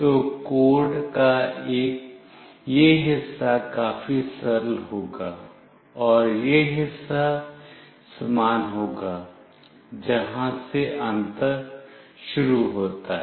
तो कोड का यह हिस्सा काफी सरल होगा और यह हिस्सा समान होगा जहां से अंतर शुरू होता है